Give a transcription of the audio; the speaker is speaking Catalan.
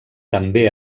també